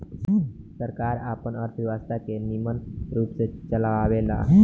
सरकार आपन अर्थव्यवस्था के निमन रूप से चलावेला